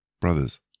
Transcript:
Brothers